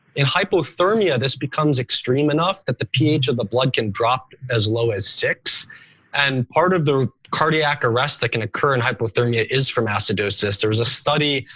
in hypothermia, this becomes extreme enough that the ph of the blood can drop as low as six and part of the cardiac arrest that can occur in hyperthermia is from acidosis. there was a study,